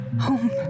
Home